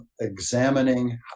examining